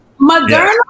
Moderna